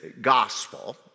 gospel